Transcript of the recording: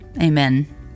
Amen